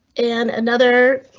an another.